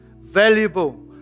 valuable